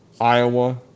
iowa